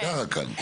את גרה כאן.